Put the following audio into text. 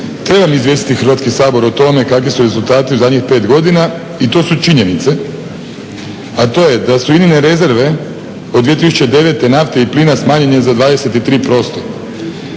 Trebam izvijestiti Hrvatski sabora o tome kakvi su rezultati u zadnjih 5 godina i to su činjenice. A to je, da su INA-ne rezerve od 2009. nafte i plina smanjene za 23%,